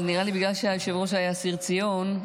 אבל נראה לי שבגלל שהיושב-ראש היה אסיר ציון,